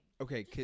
okay